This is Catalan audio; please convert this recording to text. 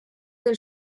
del